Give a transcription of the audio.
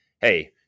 hey